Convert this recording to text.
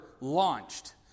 launched